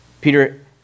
Peter